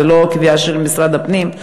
זו לא קביעה של משרד הפנים,